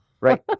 right